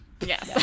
Yes